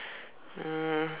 uh